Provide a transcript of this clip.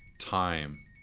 time